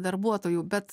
darbuotojų bet